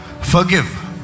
Forgive